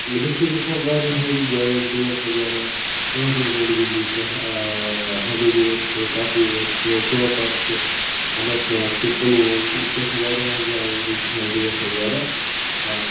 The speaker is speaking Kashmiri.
بییہ چھِ أسۍ گژھان واریاہن جاین دوس وغیرہ ٹورنمنٹ گنٛدنہِ یتھ ہنٛدوور چھُ کۄپوور چھُ سوپَر چھُ انَنت ناگ چھُ پُلووم چھُ یِتھ پٲٹھۍ چھِ واریاہن جاین أسۍ گژھان دوس وغیرہ